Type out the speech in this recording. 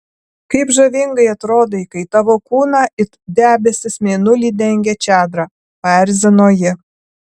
kaip žavingai atrodai kai tavo kūną it debesis mėnulį dengia čadra paerzino ji